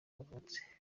yavutse